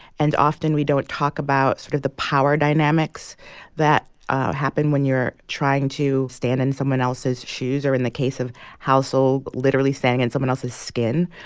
and often, we don't talk about sort of the power dynamics that happen when you're trying to stand in someone else's shoes or, in the case of halsell, literally standing in someone else's skin.